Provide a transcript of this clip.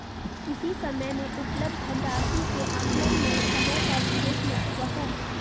किसी समय में उपलब्ध धन राशि के आकलन में समय का विशेष महत्व है